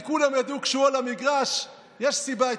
כי כולם ידעו: כשהוא על המגרש יש סיבה,